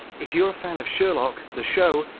if you're a fan of sherlock the show,